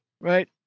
Right